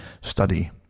study